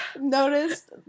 noticed